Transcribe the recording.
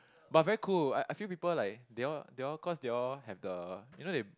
but very cool I feel people like they all they all cause they all have the you know they